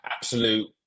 absolute